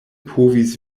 povis